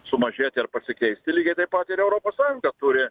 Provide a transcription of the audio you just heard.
sumažėti ar pasikeisti lygiai taip pat ir europos sąjunga turi